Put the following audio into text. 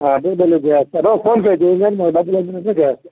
door delivery చేస్తాను PhonePe చేయండి డబ్బులు అందిన వెంటనే చేస్తాం